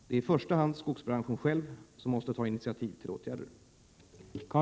Det är i första hand skogsbranschen själv som måste ta initiativ till åtgärder.